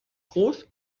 groß